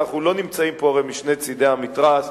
אנחנו לא נמצאים פה משני צדי המתרס.